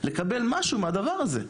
לקבל משהו מהדבר הזה.